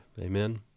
Amen